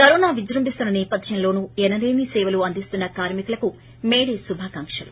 corona విజృంభిస్తున్న నేపథ్యంలోను ఎనలేని సేవలు అందిస్తున్న కార్మి కులకు మేడే శుభాకాంకలు